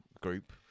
group